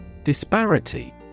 Disparity